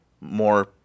more